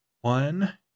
one